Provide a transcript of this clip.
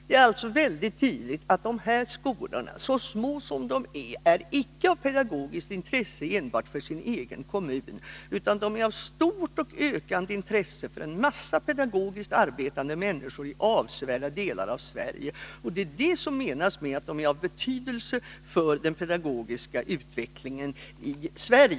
Det är alltså tydligt att dessa skolor, så små de är, är av pedagogiskt intresse inte enbart för sin egen kommun utan av stort och ökande intresse för en mängd pedagogiskt arbetande människor i avsevärda delar av Sverige. Det är detta som menas med att de är av betydelse för den pedagogiska utvecklingen i Sverige.